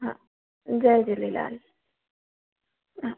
हा जय झूलेलाल हा